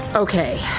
okay.